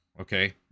okay